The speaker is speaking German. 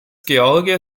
george